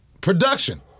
Production